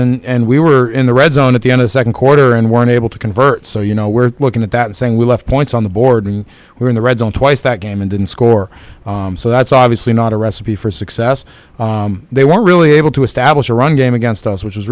half and we were in the red zone at the end of the second quarter and weren't able to convert so you know we're looking at that saying we left points on the board and we're in the red zone twice that game and didn't score so that's obviously not a recipe for success they were really able to establish a run game against us which is